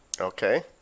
Okay